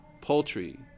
poultry